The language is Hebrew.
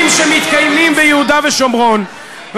ביהודה ושומרון,